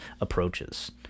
approaches